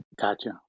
Gotcha